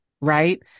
right